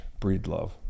breedlove